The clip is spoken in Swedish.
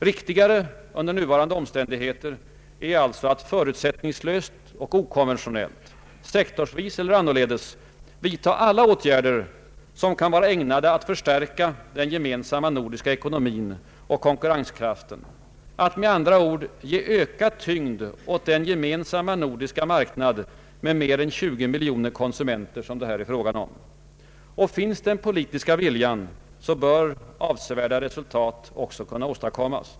Riktigare under nuvarande omständigheter är alltså att förutsättningslöst och okonventionellt, sektorsvis eller annorledes, vidta alla åtgärder som kan vara ägnade att förstärka den gemensamma nordiska ekonomin och konkurrenskraften, att med andra ord ge ökad tyngd åt den gemensamma nordiska marknad med mer än tjugo miljoner konsumenter det här är fråga om. Finns den politiska viljan, bör avsevärda resultat kunna åstadkommas.